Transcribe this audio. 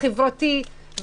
החברתי,